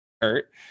hurt